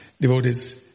Devotees